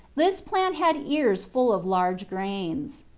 this plant had ears full of large grains.